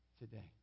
today